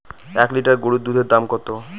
এক লিটার গরুর দুধের দাম কত?